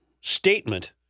statement